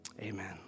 Amen